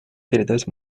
передать